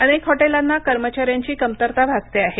अनेक हॉटलांना कर्मचाऱ्यांची कमतरता भासते आहे